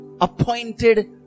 appointed